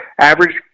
average